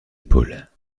épaules